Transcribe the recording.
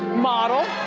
model.